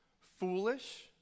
foolish